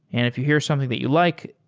and if you hear something that you like,